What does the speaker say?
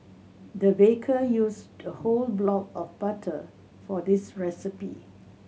the baker used a whole block of butter for this recipe